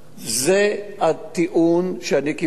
זה הטיעון שאני קיבלתי,